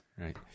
Right